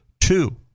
two